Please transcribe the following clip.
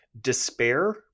despair